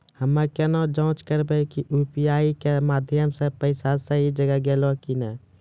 हम्मय केना जाँच करबै की यु.पी.आई के माध्यम से पैसा सही जगह गेलै की नैय?